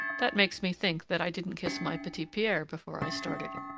that makes me think that i didn't kiss my petit-pierre before i started.